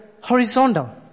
horizontal